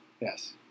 Yes